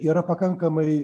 yra pakankamai